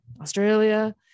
Australia